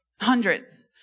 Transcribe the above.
Hundreds